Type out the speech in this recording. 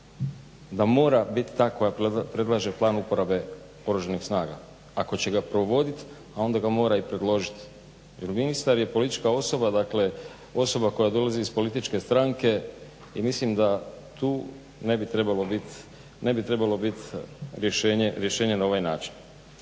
da mora biti ta koja predlaže plan uporabe Oružanih snaga ako će ga provodit, a onda ga mora i predložit. Jer ministar je politička osoba, dakle osoba koja dolazi iz političke stranke. I mislim da tu ne bi trebalo bit rješenje na ovaj način.